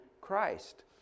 Christ